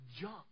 junk